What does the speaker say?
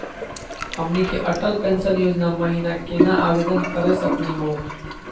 हमनी के अटल पेंसन योजना महिना केना आवेदन करे सकनी हो?